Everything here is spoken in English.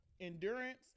endurance